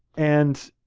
and